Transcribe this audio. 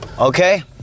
okay